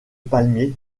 palmier